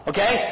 Okay